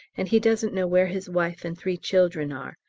and he doesn't know where his wife and three children are.